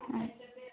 হয়